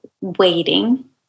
waiting